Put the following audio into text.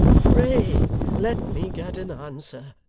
pray let me get an answer.